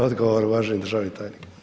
Odgovor uvaženi državni tajnik.